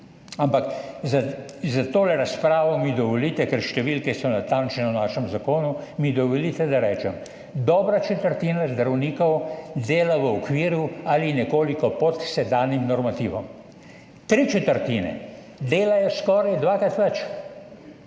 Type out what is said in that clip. ampak za to razpravo mi dovolite, ker številke so natančne v našem zakonu, mi dovolite, da rečem – dobra četrtina zdravnikov dela v okviru ali nekoliko pod sedanjim normativom. Tri četrtine delajo skoraj dvakrat več.